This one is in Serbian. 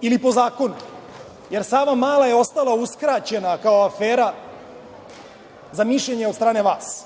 ili po zakonu, jer Savamala je ostala uskraćena kao afera za mišljenje od strane vas?